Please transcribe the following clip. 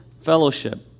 fellowship